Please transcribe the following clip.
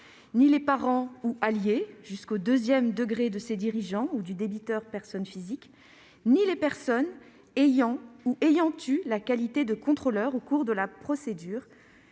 ni les parents ou alliés jusqu'au deuxième degré de ces dirigeants ou du débiteur personne physique, ni les personnes ayant ou ayant eu la qualité de contrôleur au cours de la procédure